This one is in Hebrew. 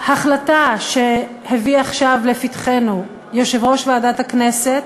ההחלטה שהביא עכשיו לפתחנו יושב-ראש ועדת הכנסת,